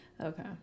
Okay